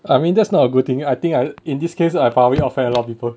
I mean that's not a good thing I think I in this case I probably offend a lot of people